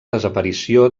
desaparició